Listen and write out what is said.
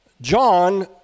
John